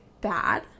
bad